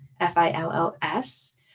F-I-L-L-S